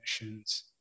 missions